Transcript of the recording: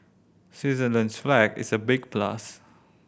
Switzerland's flag is a big plus